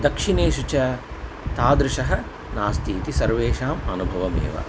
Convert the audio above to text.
दक्षिणेषु च तादृशः नास्ति इति सर्वेषाम् अनुभवः एव